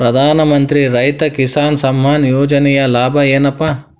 ಪ್ರಧಾನಮಂತ್ರಿ ರೈತ ಕಿಸಾನ್ ಸಮ್ಮಾನ ಯೋಜನೆಯ ಲಾಭ ಏನಪಾ?